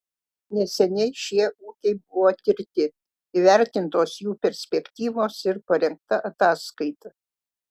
neseniai šie ūkiai buvo tirti įvertintos jų perspektyvos ir parengta ataskaita